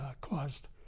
caused